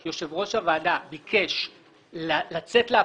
דן: